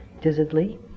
dizzily